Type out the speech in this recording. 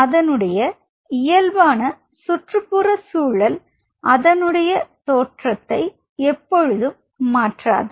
அதனுடைய இயல்பான சுற்றுப்புற சூழல் அதனுடைய தோற்றத்தை எப்பொழுதும் மாற்றாது